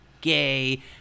gay